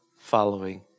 following